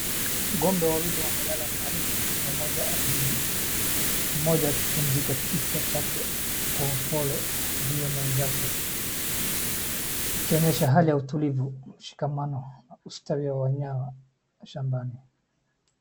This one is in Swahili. Ng'ombe wawili wamelala karibu pamoja ardhini. Mmoja akipumzisha kichwa chake kwa upole juu ya mwenzake, ikionyesha hali ya utulivu, ushikamano, ustawia wa wanyama shambani.